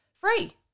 Free